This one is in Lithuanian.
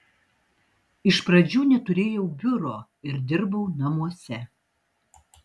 iš pradžių neturėjau biuro ir dirbau namuose